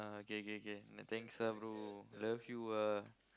uh K K thanks ah bro love you ah